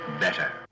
better